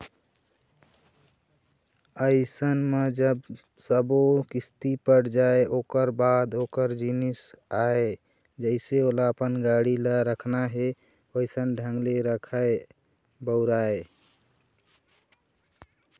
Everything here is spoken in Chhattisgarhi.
अइसन म जब सब्बो किस्ती पट जाय ओखर बाद ओखर जिनिस आय जइसे ओला अपन गाड़ी ल रखना हे वइसन ढंग ले रखय, बउरय